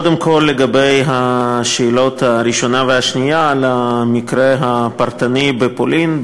קודם כול לגבי השאלות הראשונה והשנייה על המקרה הפרטני בפולין.